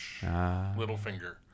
Littlefinger